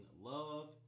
love